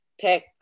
pick